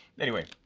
anyway,